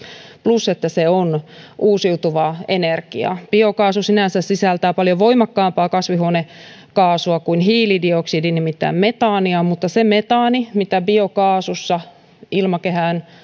plus että se on uusiutuvaa energiaa biokaasu sinänsä sisältää paljon voimakkaampaa kasvihuonekaasua kuin hiilidioksidi nimittäin metaania mutta se metaanihan mitä biokaasussa ilmakehään